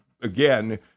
again